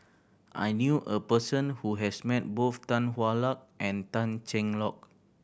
I knew a person who has met both Tan Hwa Luck and Tan Cheng Lock